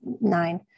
nine